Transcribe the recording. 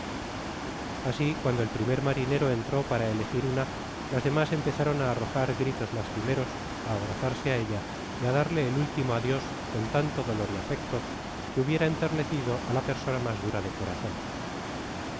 así cuando el primer marinero entró para elegir una las demás empezaron í arrojar gritos lastimeros á abrazarse á ella y á darle el último adiós con tanto dolor y afecto que hubiera enternecido á la persona mas dora de corazón